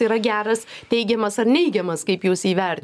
tai yra geras teigiamas ar neigiamas kaip jūs įver